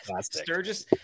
Sturgis